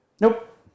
Nope